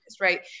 right